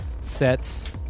sets